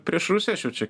prieš rusiją aš jau čia